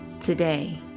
today